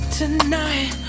tonight